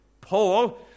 Paul